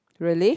really